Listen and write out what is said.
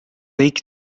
kõik